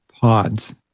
Pods